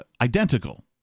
identical